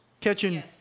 catching